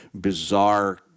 bizarre